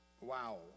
Wow